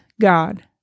God